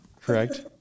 Correct